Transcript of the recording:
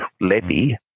levy